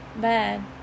bad